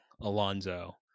Alonzo